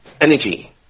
energy